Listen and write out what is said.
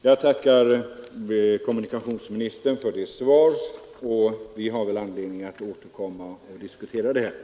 Jag tackar kommunikationsministern för svaret. Vi har förmodligen anledning att återkomma till frågan för att diskutera den vidare.